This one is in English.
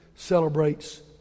celebrates